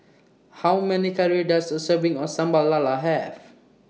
How Many Calories Does A Serving of Sambal Lala Have